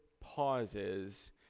pauses